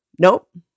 nope